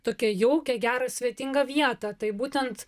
tokią jaukią gerą svetingą vietą tai būtent